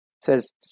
Says